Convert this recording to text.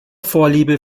vorliebe